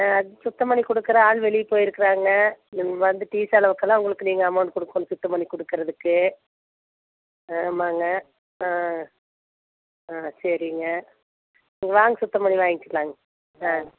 ஆ அது சுத்தம் பண்ணி கொடுக்குற ஆள் வெளியே போய்ருக்குறாங்க நீங்கள் வந்து டீ செலவுக்கெல்லாம் அவங்களுக்கு நீங்கள் அமவுண்ட் கொடுக்கணும் சுத்தம் பண்ணி கொடுக்கறதுக்கு ஆமாங்க ஆ ஆ சரிங்க வாங்க சுத்தம் பண்ணி வாங்கிக்கலாம்ங்க ஆ